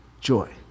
joy